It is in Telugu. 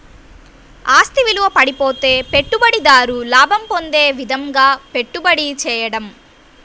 ఆస్తి విలువ పడిపోతే పెట్టుబడిదారు లాభం పొందే విధంగాపెట్టుబడి చేయడం